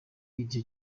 iryo